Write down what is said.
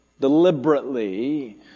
deliberately